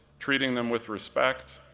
treating them with respect,